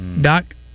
Doc